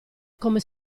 come